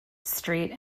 street